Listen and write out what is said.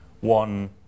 one